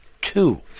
two